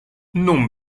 non